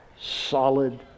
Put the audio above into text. solid